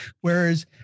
Whereas